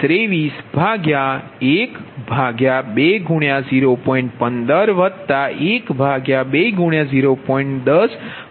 10120